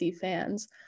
fans